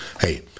Hey